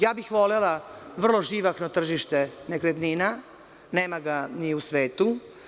Ja bih volela vrlo živahno tržište nekretnina, nema ga ni u svetu.